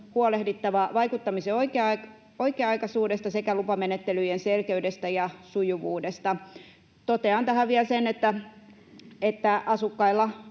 huolehdittava vaikuttamisen oikea-aikaisuudesta sekä lupamenettelyjen selkeydestä ja sujuvuudesta. Totean tähän vielä, että asukkailla